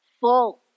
full